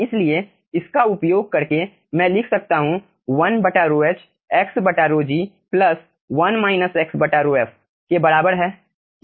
इसलिए इसका उपयोग करके मैं लिख सकता हूं 1 ρh x ρg plus ρf के बराबर है